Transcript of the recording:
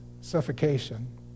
suffocation